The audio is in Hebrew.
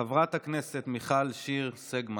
חברת הכנסת מיכל שיר סגמן,